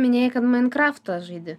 minėjai kad mainkraftą žaidi